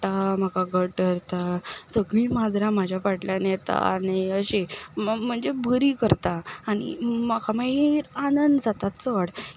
म्हाका घट्ट धरता सगळीं माजरां म्हाज्या फाटल्यान येता आनी अशीं म्हणजे बरीं करता आनी म्हाका मागीर आनंद जाता चड